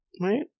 right